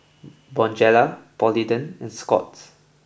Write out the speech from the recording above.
Bonjela Polident and Scott's